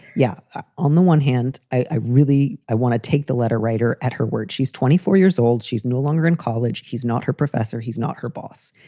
yeah on the one hand, i really i want to take the letter writer at her word. she's twenty four years old. she's no longer in college. he's not her professor. he's not her boss.